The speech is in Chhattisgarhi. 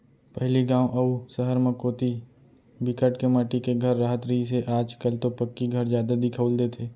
पहिली गाँव अउ सहर म कोती बिकट के माटी के घर राहत रिहिस हे आज कल तो पक्की घर जादा दिखउल देथे